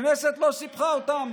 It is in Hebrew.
הכנסת לא סיפחה אותם.